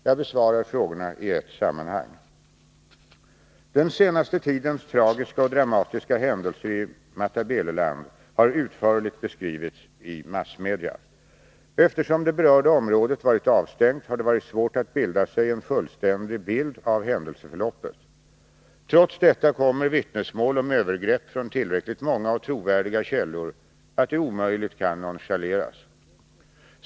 Jag besvarar frågorna i ett sammanhang. Den senaste tidens tragiska och dramatiska händelser i Matabeleland har utförligt beskrivits i massmedia. Eftersom det berörda området varit avstängt har det varit svårt att bilda sig en fullständig bild av händelseförloppet. Trots detta kommer vittnesmål om övergrepp från tillräckligt många och trovärdiga källor att de omöjligt kan nonchaleras.